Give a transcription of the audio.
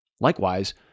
Likewise